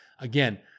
again